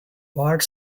wart